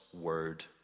word